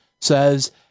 says